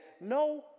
No